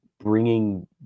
bringing